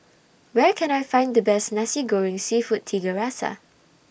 Where Can I Find The Best Nasi Goreng Seafood Tiga Rasa